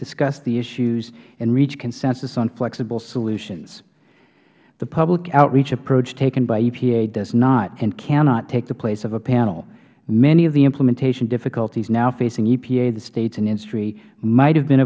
discuss the issues and reach consensus on flexible solutions the public outreach approach taken by epa does not and cannot take the place of a panel many of the implementation difficulties now facing epa the states and industry might have been